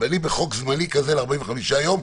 אני בחוק זמני כזה ל-45 יום,